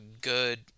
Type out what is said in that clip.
good